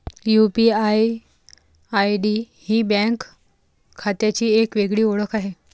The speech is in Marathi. यू.पी.आय.आय.डी ही बँक खात्याची एक वेगळी ओळख आहे